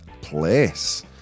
place